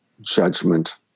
judgment